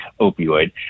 opioid